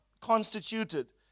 constituted